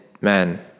man